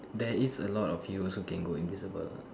there is a lot of hero also can go invisible lah